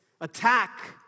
attack